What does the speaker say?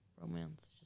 romance